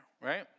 right